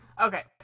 Okay